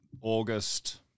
August